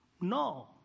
No